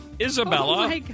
Isabella